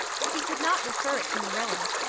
he could not refer it to marilla,